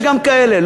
יש גם כאלה,